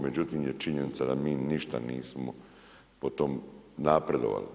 Međutim je činjenica da mi ništa nismo po tom napredovali.